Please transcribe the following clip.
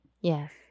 Yes